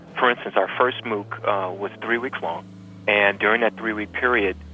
for instance, our first mooc was three weeks long and during that three-week period,